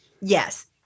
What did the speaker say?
Yes